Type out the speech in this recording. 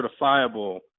certifiable